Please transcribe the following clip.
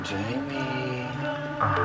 Jamie